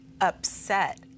upset